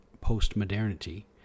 post-modernity